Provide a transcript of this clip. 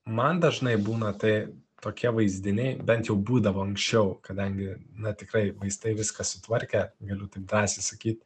man dažnai būna tai tokie vaizdiniai bent jau būdavo anksčiau kadangi na tikrai vaistai viską sutvarkė galiu taip drąsiai sakyt